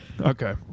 Okay